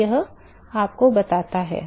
तो यह आपको बताता है